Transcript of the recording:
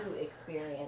experience